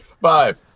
Five